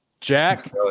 Jack